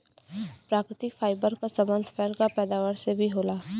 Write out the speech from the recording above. प्राकृतिक फाइबर क संबंध फल क पैदावार से भी होला